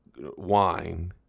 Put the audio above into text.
wine